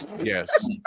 Yes